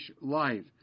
life